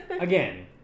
Again